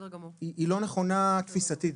בעיניי היא לא נכונה תפיסתית.